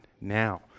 now